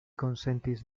konsentis